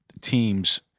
teams